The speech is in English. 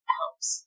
helps